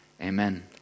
Amen